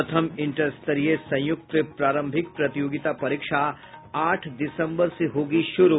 प्रथम इंटरस्तरीय संयुक्त प्रारंभिक प्रतियोगिता परीक्षा आठ दिसम्बर से होगी शुरू